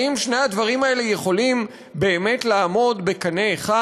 האם שני הדברים האלה יכולים באמת לעמוד בקנה אחד?